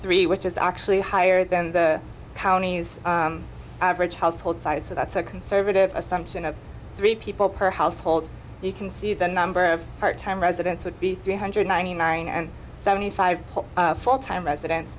three which is actually higher than the county's average household size so that's a conservative assumption of three people per household you can see the number of part time residents would be three hundred ninety nine and seventy five full time residen